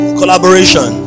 collaboration